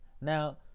Now